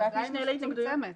ועדת המשנה להתנגדויות היא מצומצמת.